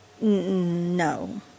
no